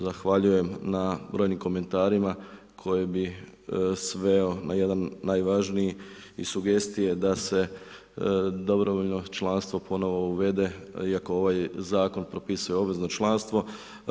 Zahvaljujem na brojnim komentarima koji bi sveo na jedan najvažniji i sugestije da se dobrovoljno članstvo ponovo uvede iako ovaj Zakon propisuje obvezno članstvo.